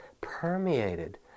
permeated